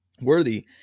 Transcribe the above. Worthy